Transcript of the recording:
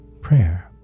Prayer